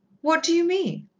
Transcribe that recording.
what do you mean?